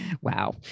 Wow